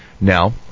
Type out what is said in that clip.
Now